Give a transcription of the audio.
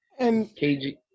KG